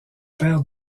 père